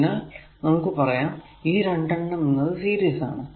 അതിനാൽ നമുക്ക് പറയാം ഈ 2 എണ്ണം എന്നത് സീരീസ് ആണ്